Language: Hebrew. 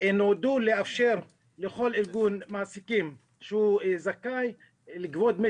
נועדו לאפשר לכל ארגון מעסיקים שזכאי לגבות דמי